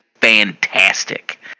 fantastic